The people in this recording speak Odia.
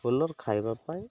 ଖାଇବା ପାଇଁ